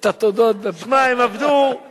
את התודות, תשמע, הם עבדו כל כך קשה.